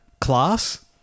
class